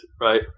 right